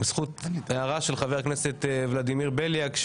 בזכות הערה של חבר הכנסת ולדימיר בליאק,